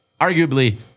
arguably